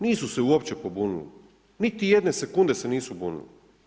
Nisu se uopće pobunili, niti jedne sekunde se nisu budili.